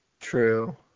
True